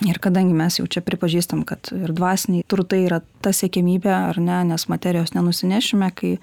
ir kadangi mes jau čia pripažįstam kad ir dvasiniai turtai yra ta siekiamybė ar ne nes materijos nenusinešime kai